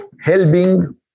helping